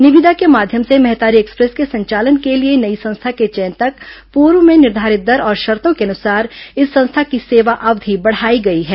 निविदा के माध्यम से महतारी एक्सप्रेस के संचालन के लिए नई संस्था के चयन तक पूर्व में निर्धारित दर और शर्तों के अनुसार इस संस्था की सेवा अवधि बढ़ाई गई है